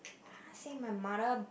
say my mother